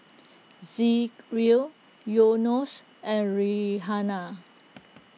Zikri O Yunos and Raihana